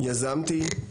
יזמתי,